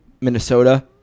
Minnesota